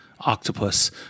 octopus